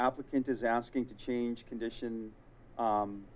applicant is asking to change condition